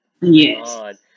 Yes